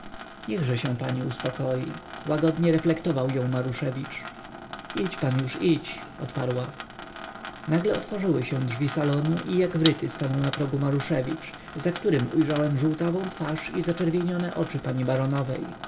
szlochanie niechże się pani uspokoi łagodnie reflektował ją maruszewicz idź pan już idź odparła nagle otworzyły się drzwi salonu i jak wryty stanął na progu maruszewicz za którym ujrzałem żółtawą twarz i zaczerwienione oczy pani